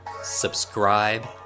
subscribe